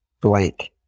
blank